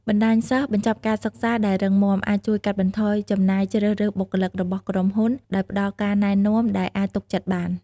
បណ្តាញសិស្សបញ្ចប់ការសិក្សាដែលរឹងមាំ អាចជួយកាត់បន្ថយចំណាយជ្រើសរើសបុគ្គលិករបស់ក្រុមហ៊ុន ដោយផ្តល់ការណែនាំដែលអាចទុកចិត្តបាន។